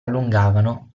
allungavano